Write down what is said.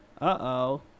Uh-oh